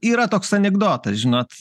yra toks anekdotas žinot